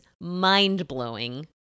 mind-blowing